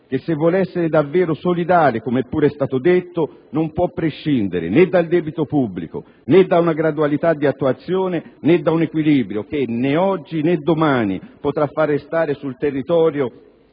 che se vuole essere davvero solidale, come pure è stato detto, non può prescindere né dal debito pubblico, né da una gradualità di attuazione, né da un equilibrio che, né oggi né domani, potrà far restare sul territorio